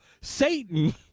Satan